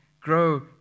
grow